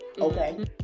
Okay